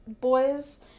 boys